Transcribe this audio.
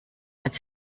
als